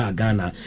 Ghana